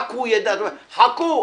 רק הוא יידע - זה לא יעבוד.